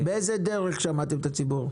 באיזו דרך שמעתם את הציבור?